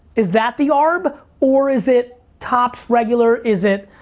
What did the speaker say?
is that the arb? or is it topps regular, is it,